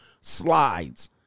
slides